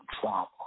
trauma